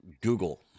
google